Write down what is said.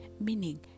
Meaning